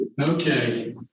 Okay